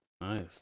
Nice